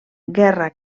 guerra